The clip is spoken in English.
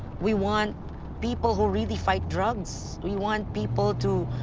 we want people who really fight drugs. we want people to,